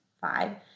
five